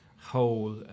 whole